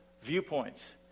viewpoints